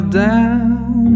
down